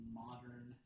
modern